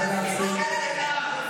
קשה לי להסתכל עליכם.